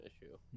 issue